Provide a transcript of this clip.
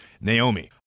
Naomi